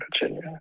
Virginia